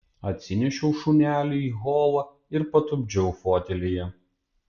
atsinešiau šunelį į holą ir patupdžiau fotelyje